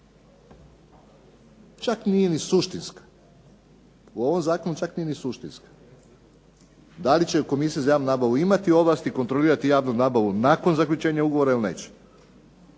čak nije ni suštinska, u ovom zakonu čak nije ni suštinska, da li će Komisija za javnu nabavu imati ovlasti kontrolirati javnu nabavu nakon zaključenja ugovora ili neće.